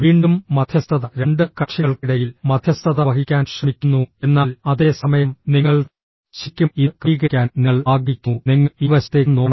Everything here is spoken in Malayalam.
വീണ്ടും മധ്യസ്ഥത രണ്ട് കക്ഷികൾക്കിടയിൽ മധ്യസ്ഥത വഹിക്കാൻ ശ്രമിക്കുന്നു എന്നാൽ അതേ സമയം നിങ്ങൾ ശരിക്കും ഇത് ക്രമീകരിക്കാൻ നിങ്ങൾ ആഗ്രഹിക്കുന്നു നിങ്ങൾ ഇരുവശത്തേക്കും നോക്കണം